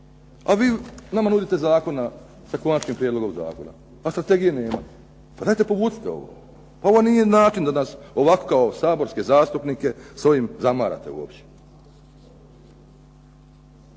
A vi nama nudite konačni prijedlog zakona. A strategije nema. Pa dajte povucite ovo. Ovo nije način da nas ovako kao saborske zastupnike s ovim zamarate uopće.